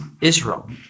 Israel